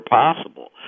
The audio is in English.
possible